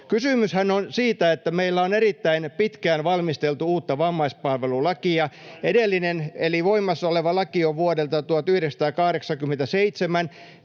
Kysymyshän on siitä, että meillä on erittäin pitkään valmisteltu uutta vammaispalvelulakia. Edellinen eli voimassa oleva laki on vuodelta 1987.